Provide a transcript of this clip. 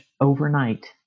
overnight